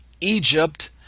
Egypt